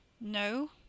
No